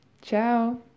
Ciao